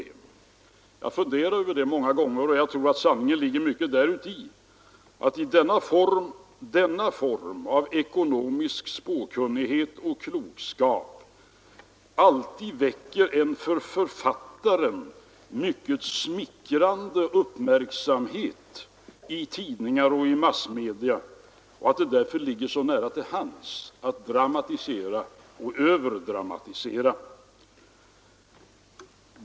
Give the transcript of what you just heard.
Jag har funderat över det många gånger, och jag tror att sanningen till stor del ligger däri att denna form av ekonomisk spådomskonst och klokskap alltid väcker en för författaren mycket smickrande uppmärksamhet i tidningar och massmedia och att det därför ligger så nära till hands att dramatisera och överdramatisera.